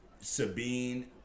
Sabine